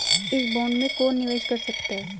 इस बॉन्ड में कौन निवेश कर सकता है?